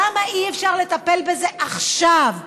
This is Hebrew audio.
למה אי-אפשר לטפל בזה עכשיו?